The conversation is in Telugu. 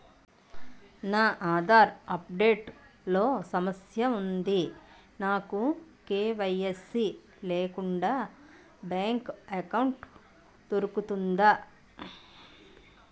నా ఆధార్ అప్ డేట్ లో సమస్య వుంది నాకు కే.వై.సీ లేకుండా బ్యాంక్ ఎకౌంట్దొ రుకుతుందా?